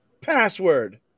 Password